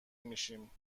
میشیم